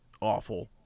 awful